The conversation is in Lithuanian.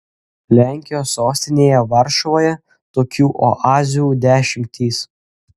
lenkijos sostinėje varšuvoje tokių oazių dešimtys